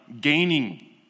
gaining